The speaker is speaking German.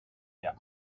der